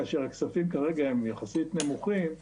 כאשר הכספים כרגע הם יחסית נמוכים,